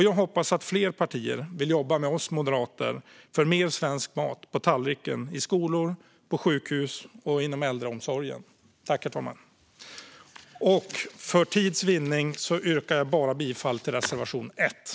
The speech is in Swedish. Jag hoppas att fler partier vill jobba med oss moderater för mer svensk mat på tallriken i skolor, på sjukhus och inom äldreomsorg. Herr talman! För tids vinnande yrkar jag bifall bara till reservation l.